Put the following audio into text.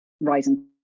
rising